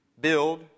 build